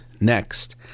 next